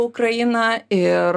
ukrainą ir